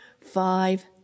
five